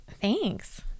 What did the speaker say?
Thanks